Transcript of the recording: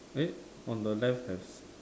eh on the left have